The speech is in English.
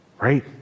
right